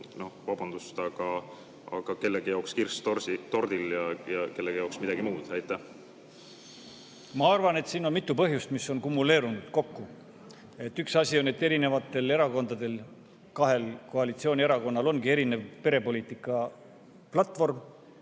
vabandust! – kellegi jaoks kirss tordil ja kellegi jaoks midagi muud? Ma arvan, et siin on mitu põhjust, mis on kumuleerunud. Üks asi on, et eri erakondadel, kahel koalitsioonierakonnal ongi erinev perepoliitika platvorm.